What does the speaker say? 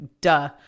duh